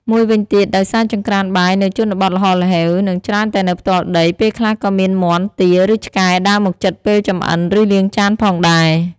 មួយវិញទៀត ដោយសារចង្ក្រានបាយនៅជនបទល្ហល្ហេវ និងច្រើនតែនៅផ្ទាល់ដី ពេលខ្លះក៏មានមាន់ ទា ឬ ឆ្កែដើរមកជិតពេលចម្អិន ឬលាងចានផងដែរ។